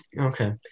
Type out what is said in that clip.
Okay